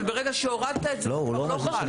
ברגע שהורדת את זה הוא כבר לא חל.